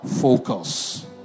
focus